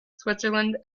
switzerland